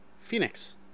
Phoenix